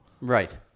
Right